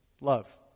Love